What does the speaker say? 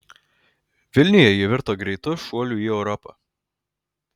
vilniuje ji virto greitu šuoliu į europą